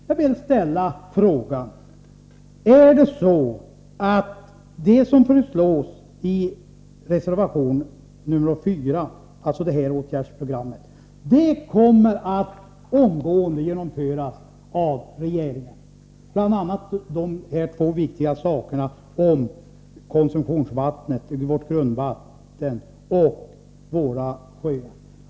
Jag vill ställa frågan: Är det så att det åtgärdsprogram som föreslås i reservation 4 omgående kommer att genomföras av regeringen, så att man bl.a. tar sig an de viktiga frågor som rör kontrollen av konsumtionsvattnet och skyddet av grundvattnet liksom undersökningen av våra vattendrag?